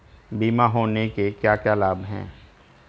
बीमा होने के क्या क्या लाभ हैं?